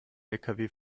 lkw